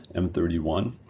m three one,